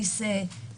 טוב, בסדר.